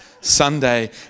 Sunday